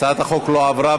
הצעת החוק לא עברה,